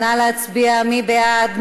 נא להצביע, מי בעד?